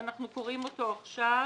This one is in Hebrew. אנחנו מקריאים אותם עכשיו.